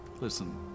listen